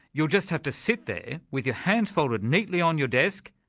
you'll just have to sit there with your hands folded neatly on your desk,